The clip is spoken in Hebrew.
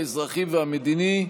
האזרחי והמדיני,